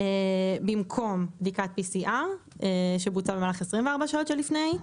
במקום בדיקת PCR שבוצעה במהלך 24 שעות שלפני,